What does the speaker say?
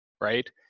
right